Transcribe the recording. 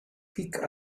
picked